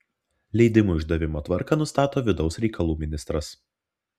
leidimų išdavimo tvarką nustato vidaus reikalų ministras